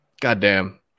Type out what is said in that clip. goddamn